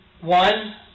One